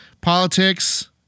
politics